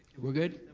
we're good?